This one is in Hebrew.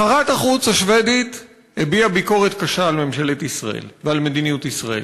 שרת החוץ השבדית הביעה ביקורת קשה על ממשלת ישראל ועל מדיניות ישראל.